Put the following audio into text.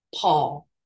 Paul